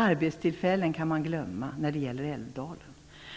Arbetstillfällen kan man glömma när det gäller Älvdalen.